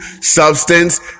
substance